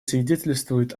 свидетельствует